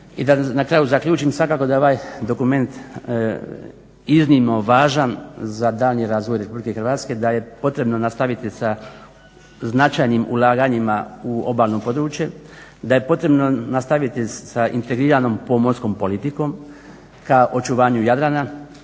I da na kraju zaključim, svakako da je ovaj dokument iznimno važan za daljnji razvoje Republike Hrvatske, da je potrebno nastaviti sa značajnim ulaganjima u ovalno područje. Da je potrebno nastaviti sa integriranom pomorskom politikom ka očuvanju Jadrana.